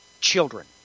children